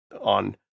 on